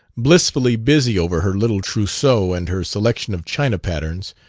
blissfully busy over her little trousseau and her selection of china-patterns,